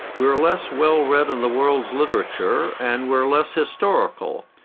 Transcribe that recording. we're less well read on the world's literature and we're less historical.